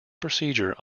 procedure